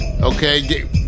Okay